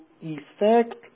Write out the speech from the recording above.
effect